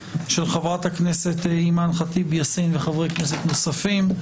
של חברת הכנסת אימאן ח'טיב יאסין וחברי כנסת נוספים.